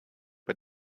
bei